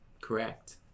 Correct